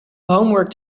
homework